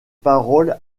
paroles